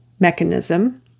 Mechanism